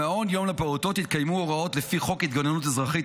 במעון יום לפעוטות יתקיימו הוראות לפי חוק התגוננות אזרחית,